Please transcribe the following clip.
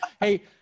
Hey